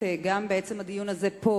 גם בעצם הדיון הזה פה,